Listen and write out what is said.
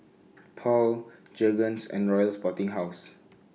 Paul Jergens and Royal Sporting House